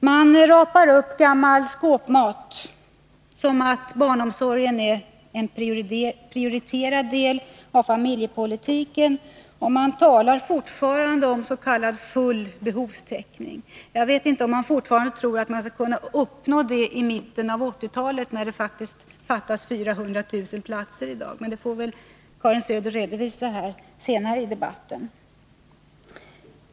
Hon tar fram gammal skåpmat som att barnomsorgen är en prioriterad del av familjepolitiken och talar fortfarande om full behovstäckning. Tror man fortfarande att man skall kunna uppnå det i mitten av 1980-talet, när det i dag faktiskt fattas 400 000 platser? Det får väl Karin Söder redovisa senare i debatten.